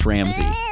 Ramsey